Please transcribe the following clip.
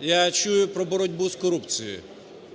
я чую про боротьбу з корупцією.